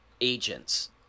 agents